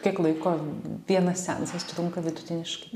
kiek laiko vienas seansas trunka vidutiniškai